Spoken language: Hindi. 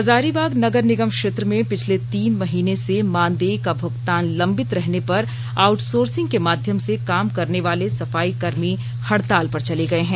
हजारीबाग नगर निगम क्षेत्र में पिछले तीन महीने से मानदेय का भुगतान लंबित रहने पर आउटसोर्सिंग के माध्यम से काम करने वाले सफाईकर्मी हड़ताल पर चले गए हैं